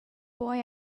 boy